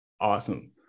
Awesome